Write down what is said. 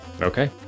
Okay